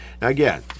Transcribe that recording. Again